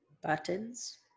Buttons